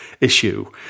issue